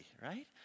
Right